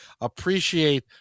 appreciate